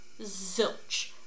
zilch